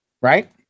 right